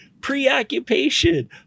Preoccupation